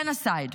Genocide.